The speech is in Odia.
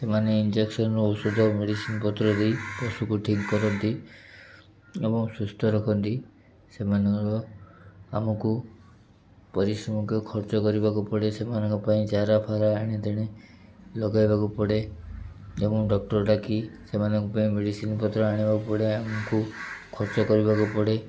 ସେମାନେ ଇଞ୍ଜେକ୍ସନ୍ ଔଷଧ ମେଡ଼ିସିନ୍ ପତ୍ର ଦେଇ ପଶୁକୁ ଠିକ୍ କରନ୍ତି ଏବଂ ସୁସ୍ଥ ରଖନ୍ତି ସେମାନଙ୍କର ଆମକୁ ପରିଶ୍ରମକୁ ଖର୍ଚ୍ଚ କରିବାକୁ ପଡ଼େ ସେମାନଙ୍କ ପାଇଁ ଚାରା ଫାରା ଆଣିଦେଣେ ଲଗେଇବାକୁ ପଡ଼େ ଏବଂ ଡକ୍ଟର୍ ଡାକି ସେମାନଙ୍କ ପାଇଁ ମେଡ଼ିସିନ୍ ପତ୍ର ଆଣିବାକୁ ପଡ଼େ ଆମକୁ ଖର୍ଚ୍ଚ କରିବାକୁ ପଡ଼େ